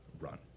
run